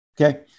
Okay